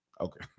Okay